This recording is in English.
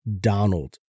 Donald